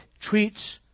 treats